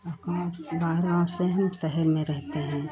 अब गाँव बाहर गाँव से हम शहर में रहते हैं